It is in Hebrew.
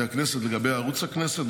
לגבי ערוץ הכנסת,